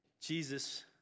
Jesus